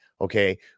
Okay